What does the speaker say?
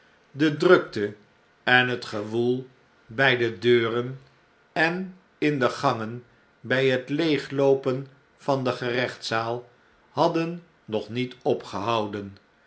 de drukte en het gewoel bg de deuren en in de gangen by het leegloopen van de gerechtszaal hadden nog niet opgehouden